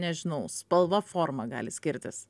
nežinau spalva forma gali skirtis